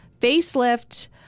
facelift